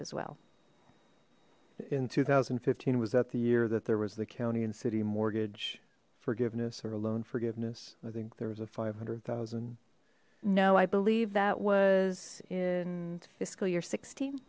as well in two thousand and fifteen was that the year that there was the county and city mortgage forgiveness or a loan forgiveness i think there was a five hundred thousand no i believe that was in fiscal year sixteen